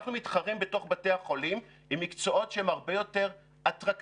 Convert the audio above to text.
אנחנו מתחרים בתוך בתי החולים עם מקצועות שהם הרבה יותר אטרקטיביים